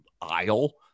aisle